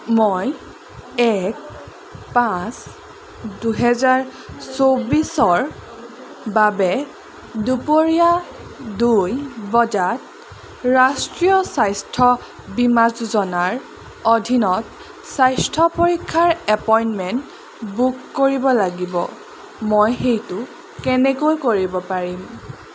মই এক পাঁচ দুহেজাৰ চৌবিছৰ বাবে দুপৰীয়া দুই বজাত ৰাষ্ট্ৰীয় স্বাস্থ্য বীমা যোজনাৰ অধীনত স্বাস্থ্য পৰীক্ষাৰ এপইণ্টমেণ্ট বুক কৰিব লাগিব মই সেইটো কেনেকৈ কৰিব পাৰিম